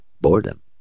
boredom